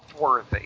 worthy